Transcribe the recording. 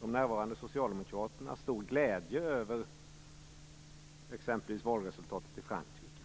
de närvarande socialdemokraterna en stor glädje över exempelvis valresultatet i Frankrike.